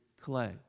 clay